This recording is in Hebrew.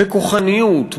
בכוחניות,